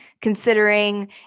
Considering